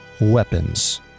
Weapons